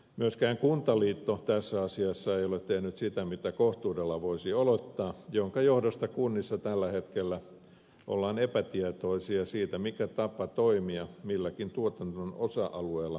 myöskään kuntaliitto tässä asiassa ei ole tehnyt sitä mitä kohtuudella voisi olettaa minkä johdosta kunnissa tällä hetkellä ollaan epätietoisia siitä mikä tapa toimia milläkin tuotannon osa alueella on tehokkain